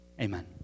Amen